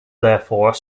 therefore